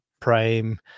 Prime